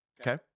Okay